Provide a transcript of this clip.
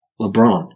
LeBron